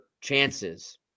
chances